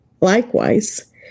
likewise